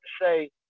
say